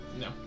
No